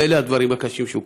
ואלה הדברים הקשים שהוא כותב: